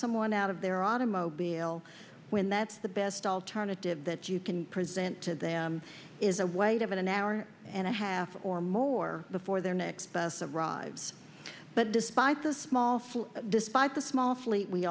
someone out of their automobile when that's the best alternative that you can present to them is a waste of an hour and a half or more before their next bus arrives but despite the small despite the small fleet we